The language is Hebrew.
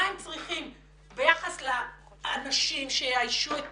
מה הם צריכים ביחס לאנשים שיאיישו את